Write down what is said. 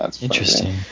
Interesting